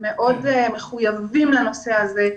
הם מאוד מחויבים לנושא הזה,